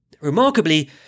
Remarkably